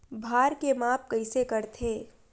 भार के माप कइसे करथे?